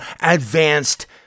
advanced